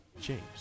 James